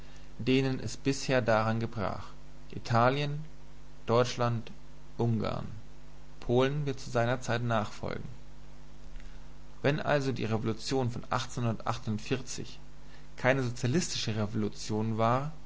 denen es bis dahin daran gebrach italien deutschland ungarn polen wird zu seiner zeit nachfolgen wenn also die revolution von keine sozialistische revolution war